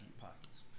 pockets